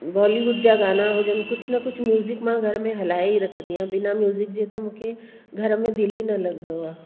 बॉलीवुड जा गाना हुजनि कुझु न कुझु म्यूज़िक मां घर में हलाइ ई रखंदी आहियां बिना म्यूज़िक जे त मूंखे घर में दिलि ई न लॻंदो आहे